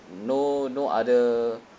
no no other